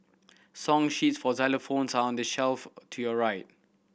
song sheets for xylophones are on the shelf to your right